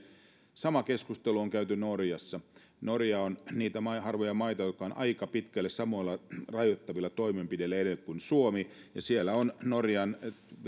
sama keskustelu on käyty norjassa norja on niitä harvoja maita jotka ovat aika pitkälle samoilla rajoittavilla toimenpiteillä edenneet kuin suomi ja siellä on norjan